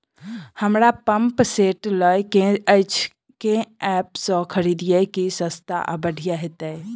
हमरा pump set लय केँ अछि केँ ऐप सँ खरिदियै की सस्ता आ बढ़िया हेतइ?